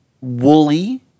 woolly